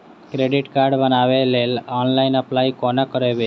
Credit card बनाबै लेल online apply कोना करबै?